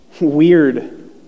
weird